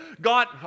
God